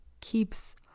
keeps